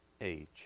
age